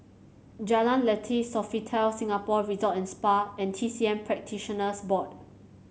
Jalan Lateh Sofitel Singapore Resort and Spa and T C M Practitioners Board